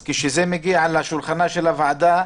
כשזה מגיע לשולחנה של הוועדה,